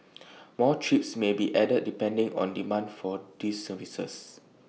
more trips may be added depending on demand for these services